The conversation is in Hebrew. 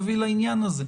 לרצונו.